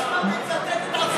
כל אחד מצטט את עצמו.